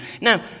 Now